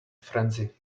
frenzy